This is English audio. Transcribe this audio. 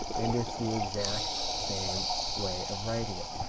and it's the exact same way of writing it.